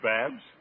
Babs